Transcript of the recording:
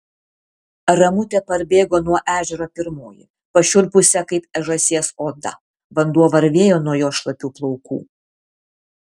ramutė parbėgo nuo ežero pirmoji pašiurpusia kaip žąsies oda vanduo varvėjo nuo jos šlapių plaukų